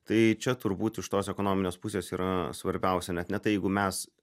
tai čia turbūt iš tos ekonominės pusės yra svarbiausia net ne tai jeigu mes